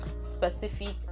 specific